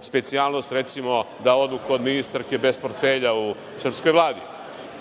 specijalnost, recimo da odu kod ministarke bez portfelja u srpskoj Vladi.